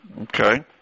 Okay